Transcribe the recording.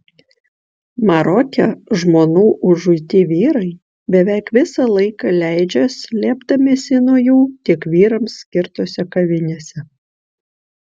maroke žmonų užuiti vyrai beveik visą laiką leidžia slėpdamiesi nuo jų tik vyrams skirtose kavinėse